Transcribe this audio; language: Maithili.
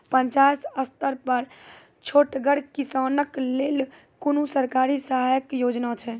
पंचायत स्तर पर छोटगर किसानक लेल कुनू सरकारी सहायता योजना छै?